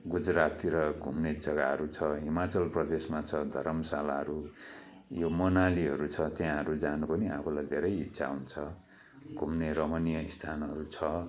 गुजराततिर घुम्ने जग्गाहरू छ हिमाचल प्रदेशमा छ धरमशालाहरू यो मनालीहरू छ त्यहाँहरू जानु पनि आफूलाई धेरै इच्छा हुन्छ घुम्ने रमणीय स्थानहरू छ